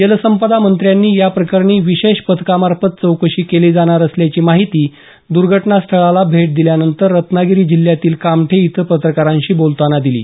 जलसंपदा मंत्र्यांनी या प्रकरणी विशेष पथकामार्फत चौकशी केली जाणार असल्याची माहिती दूर्घटनास्थळाला भेट दिल्यानंतर रत्नागिरी जिल्ह्यातील कामठे इथं पत्रकारांशी बोलताना दिली